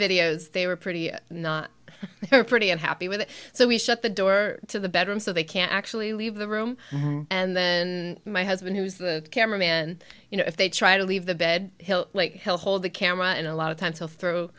videos they were pretty not so pretty and happy with it so we shut the door to the bedroom so they can actually leave the room and then my husband who's the camera man you know if they try to leave the bed he'll like he'll hold the camera and a lot of time